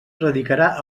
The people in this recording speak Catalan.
radicarà